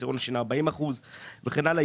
בעשירון השני רק 40% וכן הלאה.